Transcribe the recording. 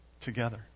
together